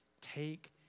Take